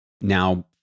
now